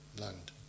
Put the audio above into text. Land